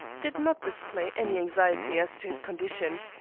did not display any anxiety as to his condition.